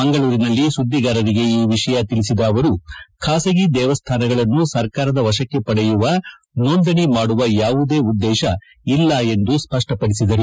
ಮಂಗಳೂರಿನಲ್ಲಿ ಸುದ್ದಿಗಾರರಿಗೆ ಈ ವಿಷಯ ತಿಳಿಸಿದ ಅವರು ಖಾಸಗಿ ದೇವಸ್ಥಾನಗಳನ್ನು ಸರಕಾರದ ವಶಕ್ಷೆ ಪಡೆಯುವ ನೋಂದಣಿ ಮಾಡುವ ಯಾವುದೇ ಉದ್ದೇಶ ಇಲ್ಲ ಎಂದು ಸ್ವಪ್ವಪಡಿಸಿದರು